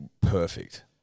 perfect